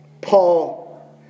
Paul